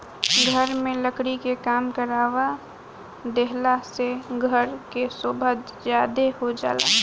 घर में लकड़ी के काम करवा देहला से घर के सोभा ज्यादे हो जाला